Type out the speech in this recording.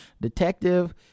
Detective